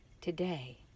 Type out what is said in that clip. today